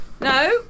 No